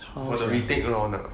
for the retake around lah